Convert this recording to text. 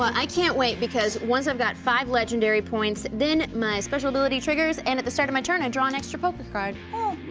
i can't wait because once i've got five legendary points, then my special ability triggers and at the start of my turn, i draw an extra poker card. oh.